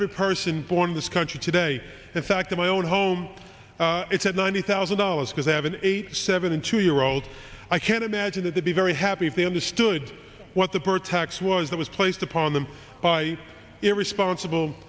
every person born in this country today in fact in my own home it's at ninety thousand dollars because i have an eighty seven two year old i can imagine that to be very happy if they understood what the birth tax was that was placed upon them by irresponsible